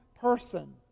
person